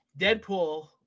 Deadpool